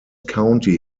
county